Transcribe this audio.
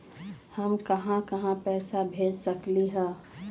हम कहां कहां पैसा भेज सकली ह?